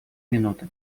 минуты